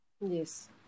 Yes